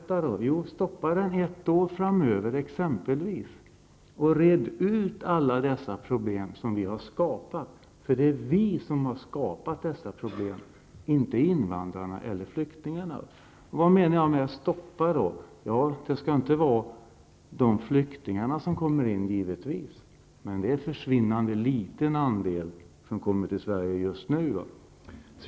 Jo, stoppa den t.ex. under ett år framöver, och sedan reda ut alla de problem som vi har skapat. Det är vi som har skapat alla problemen, inte invandrarna eller flyktingarna. Vad menar jag med att stoppa? Det gäller givetvis inte de flyktingar som kommer hit. Men just nu är de en försvinnande liten andel.